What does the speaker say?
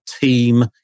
team